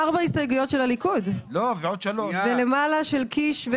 ארבע הסתייגויות של הליכוד ולמעלה של קיש,